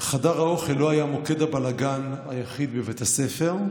חדר האוכל לא היה מוקד הבלגן היחיד בבית הספר.